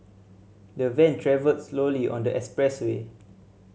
the van travelled slowly on the expressway